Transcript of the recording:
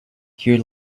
here